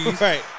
right